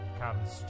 comes